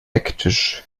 ecktisch